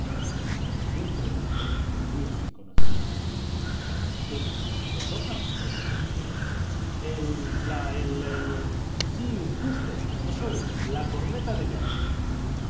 un gran músico tú entretanto yacías sin conocimiento qué instrumento toca preguntó el general el la el el sí justo eso es la corneta de llaves